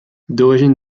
d’origine